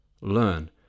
learn